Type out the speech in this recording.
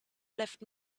left